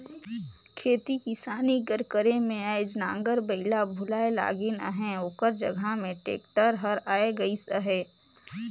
खेती किसानी कर करे में आएज नांगर बइला भुलाए लगिन अहें ओकर जगहा में टेक्टर हर आए गइस अहे